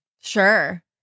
Sure